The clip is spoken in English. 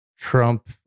Trump